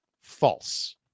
false